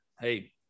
hey